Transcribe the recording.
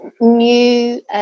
new